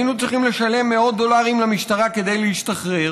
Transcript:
היינו צריכים לשלם מאות דולרים למשטרה כדי להשתחרר.